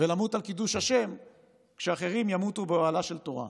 ולמות על קידוש השם כשאחרים ימותו באוהלה של תורה,